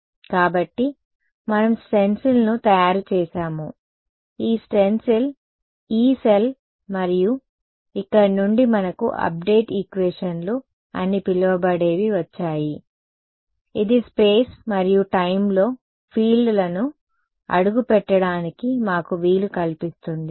కాబట్టి మనం స్టెన్సిల్ను తయారు చేసాము ఈ స్టెన్సిల్ యీ సెల్ మరియు ఇక్కడ నుండి మనకు అప్డేట్ ఈక్వేషన్లు అని పిలవబడేవి వచ్చాయి ఇది స్పేస్ మరియు టైం లో ఫీల్డ్లను అడుగు పెట్టడానికి మాకు వీలు కల్పిస్తుంది